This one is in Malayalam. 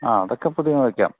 ആ അതൊക്കെ പുതിയത് വയ്ക്കാം